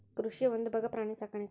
ಕೃಷಿಯ ಒಂದುಭಾಗಾ ಪ್ರಾಣಿ ಸಾಕಾಣಿಕೆ